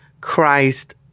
Christ